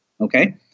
Okay